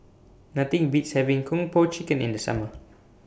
Nothing Beats having Kung Po Chicken in The Summer